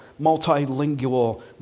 multilingual